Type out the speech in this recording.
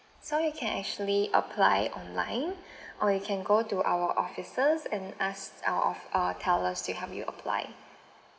so you can actually apply online or you can go to our offices and ask our off~ uh tell us to help you apply